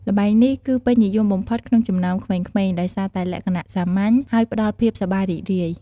ល្បែងនេះ គឺពេញនិយមបំផុតក្នុងចំណោមក្មេងៗ ដោយសារតែលក្ខណៈសាមញ្ញ ហើយផ្ដល់ភាពសប្បាយរីករាយ។